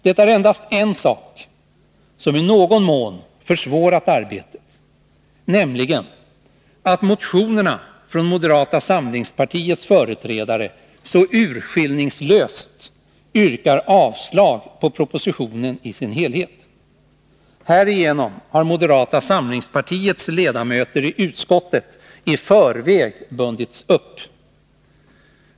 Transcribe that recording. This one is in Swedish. Det är endast en sak som i någon mån försvårat arbetet, nämligen att det i motionerna från moderata samlingspartiets företrädare så urskillningslöst yrkas avslag på propositionen i dess helhet. Härigenom har moderata samlingspartiets ledamöter i utskottet i förväg bundits upp.